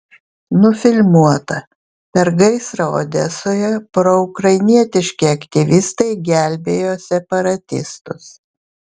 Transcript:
nufilmuota per gaisrą odesoje proukrainietiški aktyvistai gelbėjo separatistus